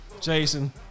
Jason